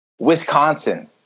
Wisconsin